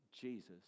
jesus